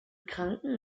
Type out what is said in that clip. kranken